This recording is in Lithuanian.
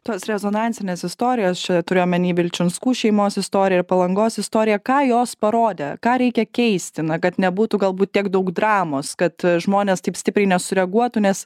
tos rezonansinės istorijos čia turiu omeny vilčinskų šeimos istoriją palangos istoriją ką jos parodė ką reikia keisti na kad nebūtų galbūt tiek daug dramos kad žmonės taip stipriai nesureaguotų nes